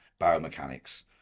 biomechanics